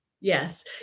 Yes